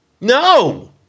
no